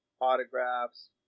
autographs